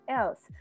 else